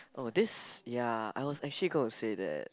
oh this ya I was actually gonna say that